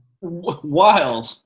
Wild